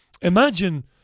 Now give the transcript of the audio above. imagine